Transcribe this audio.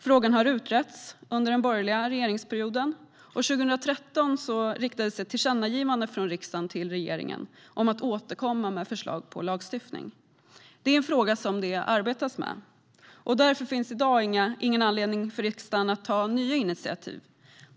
Frågan har utretts under den borgerliga regeringsperioden, och 2013 riktades ett tillkännagivande från riksdagen till regeringen om att återkomma med förslag på lagstiftning. Det är en fråga som det arbetas med, och därför finns det i dag ingen anledning för riksdagen att ta nya initiativ.